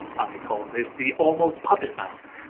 i call this the almost puppet mouth.